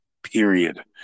Period